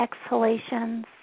exhalations